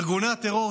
ארגוני הטרור,